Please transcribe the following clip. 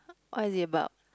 what is it about